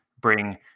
bring